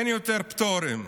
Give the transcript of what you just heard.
אין יותר פטורים,